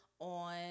on